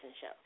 show